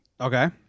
Okay